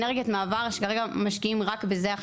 אנרגיית מעבר שכרגע משקיעים רק בזה.